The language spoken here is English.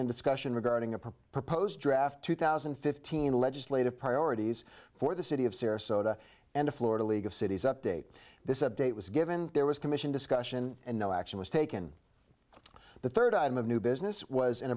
and discussion regarding a proposed draft two thousand and fifteen legislative priorities for the city of sarasota and a florida league of cities update this update was given there was commission discussion and no action was taken the third item of new business was an